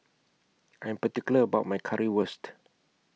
I'm particular about My Currywurst